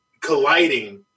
colliding